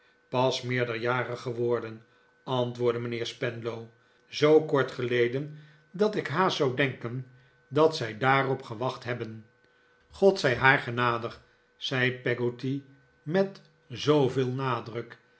pas meerderjarig geworden antwoordde mijnheer spenlow zoo kort geleden dat ik haast zou denken dat zij daarop gewacht hebben god zij haar genadig zei peggotty met zooveel nadruk